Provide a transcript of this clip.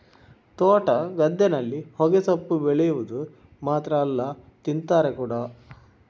ತೋಟ, ಗದ್ದೆನಲ್ಲಿ ಹೊಗೆಸೊಪ್ಪು ಬೆಳೆವುದು ಮಾತ್ರ ಅಲ್ಲ ತಿಂತಾರೆ ಕೂಡಾ